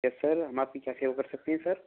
yes sir हम आपकी क्या सेवा कर सकते हैं सर